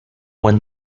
buen